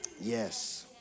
yes